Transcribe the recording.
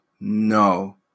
No